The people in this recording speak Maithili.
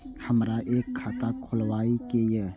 हमरा एक खाता खोलाबई के ये?